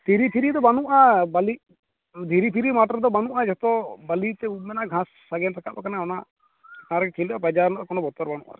ᱫᱷᱤᱨᱤ ᱯᱷᱤᱨᱤ ᱫᱚ ᱵᱟᱹᱱᱩᱼᱟ ᱵᱟᱹᱞᱤ ᱫᱷᱤᱨᱤ ᱯᱷᱤᱨᱤ ᱫᱚ ᱢᱟᱴᱷ ᱨᱮᱫᱚ ᱵᱟᱹᱱᱩᱼᱟ ᱡᱚᱛᱚ ᱵᱟᱹᱞᱤ ᱛᱮ ᱩᱵ ᱢᱮᱱᱟᱜᱼᱟ ᱜᱷᱟᱥ ᱥᱟᱜᱮᱱ ᱨᱟᱠᱟᱵ ᱟᱠᱟᱱᱟ ᱚᱱᱟ ᱨᱮᱜᱮ ᱠᱷᱮᱞ ᱦᱩᱭᱩᱼᱟ ᱵᱟᱡᱟᱣ ᱨᱮᱱᱟ ᱫᱚ ᱠᱚᱱᱚ ᱵᱚᱛᱚᱨ ᱵᱟᱹᱱᱩᱼᱟ ᱟᱨᱠᱤ